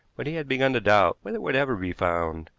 but he had begun to doubt whether it would ever be found.